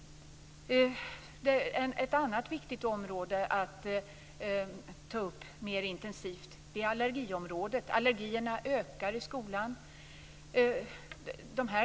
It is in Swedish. Ett annat viktigt område som bör tas upp mer intensivt är allergierna. Allergierna ökar i skolan.